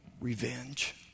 revenge